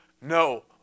no